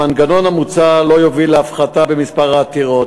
המנגנון המוצע לא יוביל להפחתה במספר העתירות,